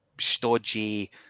stodgy